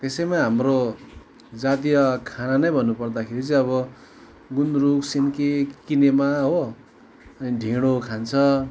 त्यसैमा हाम्रो जातीय खाना नै भन्नुपर्दाखेरि चाहिँ अब गुन्द्रुक सिन्की किनेमा हो अनि ढेँडो खान्छ